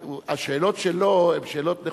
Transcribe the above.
השאלות שלו הן שאלות נכונות,